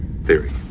theory